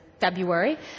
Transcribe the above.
February